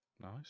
nice